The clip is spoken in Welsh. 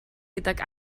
gydag